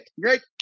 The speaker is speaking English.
Great